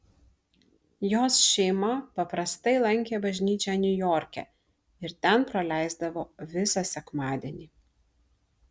jos šeima paprastai lankė bažnyčią niujorke ir ten praleisdavo visą sekmadienį